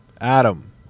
Adam